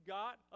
got